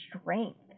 strength